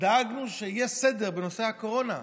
דאגנו שיהיה סדר בנושא הקורונה.